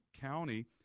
County